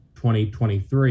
2023